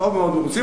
מאוד מרוצים?